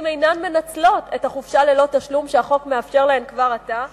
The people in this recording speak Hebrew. אינן מנצלות את החופשה ללא תשלום שהחוק מאפשר להן כבר עתה.